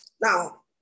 Now